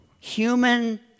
human